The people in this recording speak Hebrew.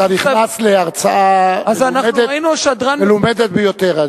אתה נכנס להרצאה מלומדת ביותר.